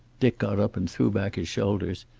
dick got up and threw back his shoulders.